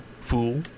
fool